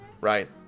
right